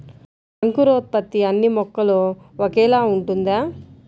అంకురోత్పత్తి అన్నీ మొక్కలో ఒకేలా ఉంటుందా?